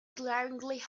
glaringly